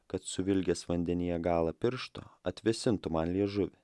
kad suvilgęs vandenyje galą piršto atvėsintų man liežuvį